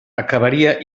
acabaria